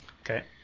okay